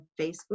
Facebook